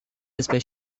espèces